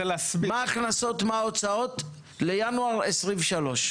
מה ההכנסות וההוצאות לינואר 23'?